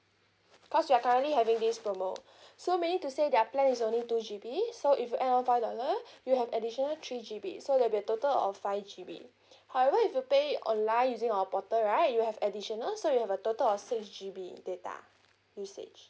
cause we are currently having this promo so meaning to say their plan is only two G_B so if you add on five dollars you have additional three G_B so there'll be a total of five G_B however if you pay online using our portal right you'll have additional so you have a total of six G_B data usage